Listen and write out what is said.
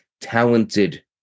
talented